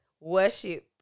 worship